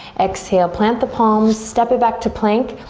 exhale plant the palms step it back to plank.